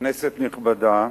כנסת נכבדה,